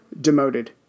demoted